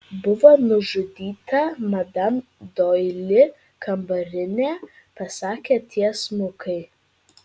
buvo nužudyta madam doili kambarinė pasakė tiesmukai